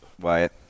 Wyatt